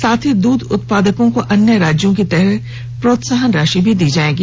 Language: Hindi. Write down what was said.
साथ ही दूध उत्पादकों को अन्य राज्यों की तरह प्रोत्साहन राशि भी दी जायेगी